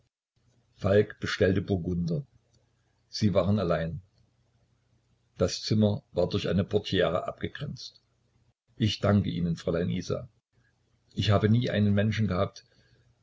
falk bestellte burgunder sie waren allein das zimmer war durch eine portiere abgegrenzt ich danke ihnen fräulein isa ich habe nie einen menschen gehabt